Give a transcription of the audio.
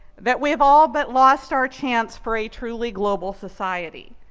that we've all but lost our chance for a truly global society.